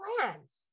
plans